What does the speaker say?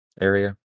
area